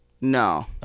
No